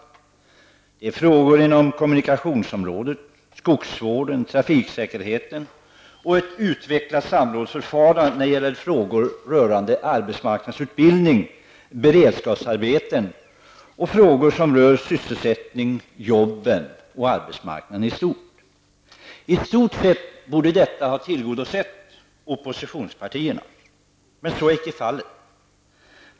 Det gäller frågor om kommunikationer, skogsvård och trafiksäkerhet och ett utvecklat samrådsförfarande när det gäller frågor rörande arbetsmarknadsutbildning, beredskapsarbeten och frågor som rör sysselsättningen och arbetsmarknaden i stort. I stort sett borde detta ha tillgodosett oppositionspartierna. Men så är icke fallet.